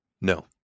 No